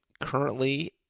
currently